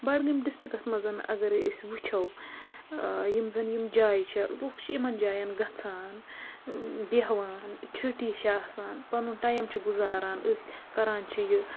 بڈگٲمۍ ڈِسٹِرٛکَس منٛز اَگر أسۍ وٕچھو یِم زَن یِم جایہِ چھِ لُکھ چھِ یِمَن جایَن گژھان بہوان چھُٹی چھےٚ آسان پَنُن ٹایِم چھُ گُزاران أتھۍ کَران چھُ یہِ